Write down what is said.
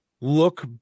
look